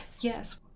Yes